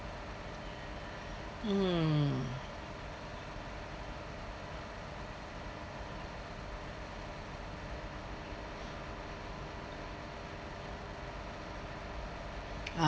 mm ah